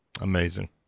Amazing